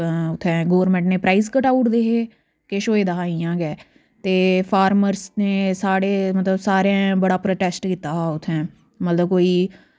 उत्थैं गौरमैंट ने प्राइस कटाउड़दे हे किश होए दा हा इ'यां गै ते फार्मर्स ने साढ़े मतलव सारैं बड़ा प्रोटैस्ट कीता हा उत्थें मतलव कोई